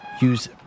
use